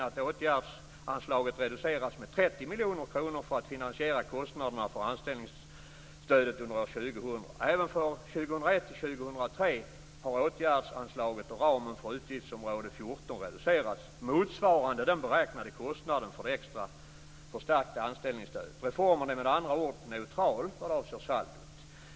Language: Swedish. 2000. Även för åren 2001-2003 har åtgärdsanslaget och ramen för utgiftsområde 14 reducerats motsvarande den beräknade kostnaden för det extra förstärkta anställningsstödet. Reformen är med andra ord neutral vad avser saldot.